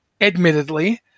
admittedly